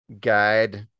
guide